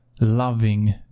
loving